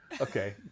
Okay